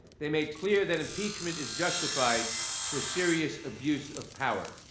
they made clear that impeachment is justified for serious abuse of power.